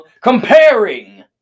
comparing